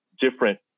different